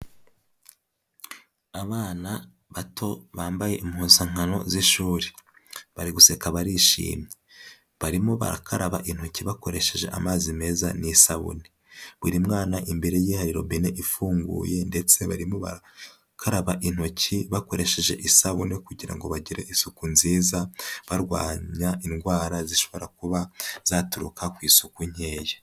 Abana bato bambaye impuzankano z'ishuri, bari guseka barishimye. Barimo barakaraba intoki bakoresheje amazi meza n'isabune. Buri mwana imbere ye hari robine ifunguye, ndetse barimo barakaraba intoki bakoresheje isabune kugira ngo bagire isuku nziza, barwanya indwara zishobora kuba zaturuka ku isuku nkeya.